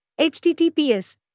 HTTPS